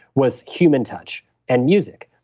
was human touch and music.